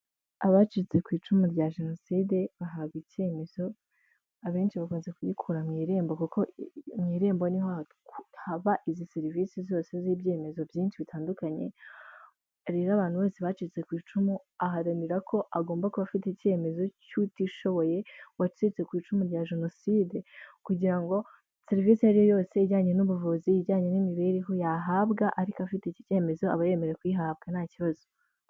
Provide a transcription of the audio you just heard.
Abacitse ku icumu rya jenoside bahabwa icyemezo abenshi bamaze kugikura mu irembo kuko mu irembo ni ho haba izi serivisi zose z'ibyemezo byinshi bitandukanye. Rero abantu bose bacitse ku icumu aharanira ko agomba kuba afite icyemezo cy'utishoboye wacitse ku icumu rya jenoside kugira ngo serivisi iyo ariyo yose ijyanye n'ubuvuzi, ijyanye n'imibereho yahabwa ariko afite iki cyemezo aba yemerewe kuyihabwa nta kibazo.